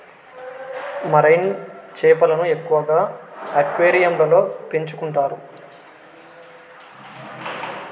marine చేపలను ఎక్కువగా అక్వేరియంలలో పెంచుకుంటారు